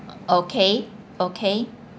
okay okay